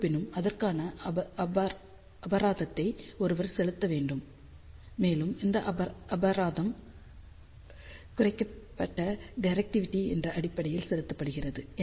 இருப்பினும் அதற்கான அபராதத்தை ஒருவர் செலுத்த வேண்டும் மேலும் அந்த அபராதம் குறைக்கப்பட்ட டிரெக்டிவிடி என்ற அடிப்படையில் செலுத்தப்படுகிறது